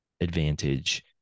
advantage